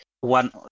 one